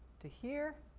to here,